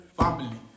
family